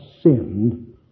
sinned